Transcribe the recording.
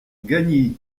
gagny